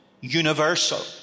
universal